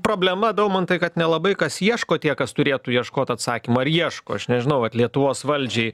problema daumantai kad nelabai kas ieško tie kas turėtų ieškot atsakymo ar ieško aš nežinau vat lietuvos valdžiai